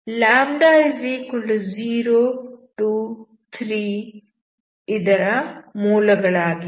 λ0 2 3 ಇದರ ಮೂಲ ಗಳಾಗಿವೆ